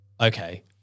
okay